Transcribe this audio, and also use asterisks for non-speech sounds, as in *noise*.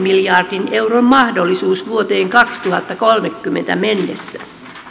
*unintelligible* miljardin euron mahdollisuus vuoteen kaksituhattakolmekymmentä mennessä